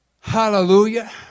hallelujah